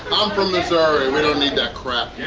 um from missouri, we don't need that crap!